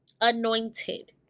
anointed